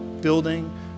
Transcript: building